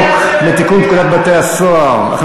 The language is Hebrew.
ההצעה להעביר את הצעת חוק לתיקון פקודת בתי-הסוהר (מס'